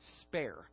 spare